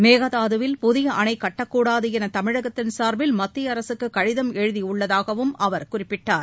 மேகதாதுவில் புதிய அணை கட்டக்கூடாது என தமிழகத்தின் சார்பில் மத்திய அரசுக்கு கடிதம் எழுதியுள்ளதாகவும் அவர் குறிப்பிட்டார்